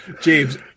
James